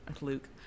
Luke